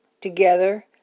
together